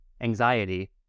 anxiety